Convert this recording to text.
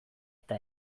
eta